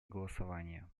голосования